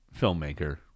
filmmaker